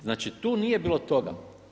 Znači, tu nije bilo toga.